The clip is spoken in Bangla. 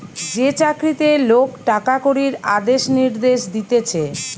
যে চাকরিতে লোক টাকা কড়ির আদেশ নির্দেশ দিতেছে